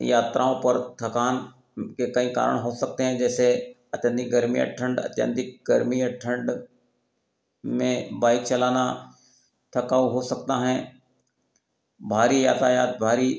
यात्राओं पर थकान के कई कारण हो सकते हैं जैसे अत्यधिक गर्मी या ठंड अत्यधिक गर्मी या ठंड में बाइक चलाना थकाऊ हो सकता है भारी यातायात भारी